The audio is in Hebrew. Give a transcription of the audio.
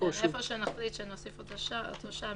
איפה שנחליט שנוסיף אותו שם,